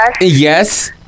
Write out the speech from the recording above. Yes